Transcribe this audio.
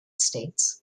states